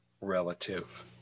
relative